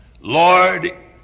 Lord